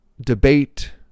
debate